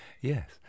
Yes